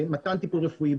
במתן טיפול רפואי,